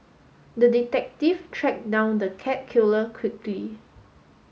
the detective tracked down the cat killer quickly